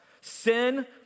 Sin